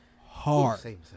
hard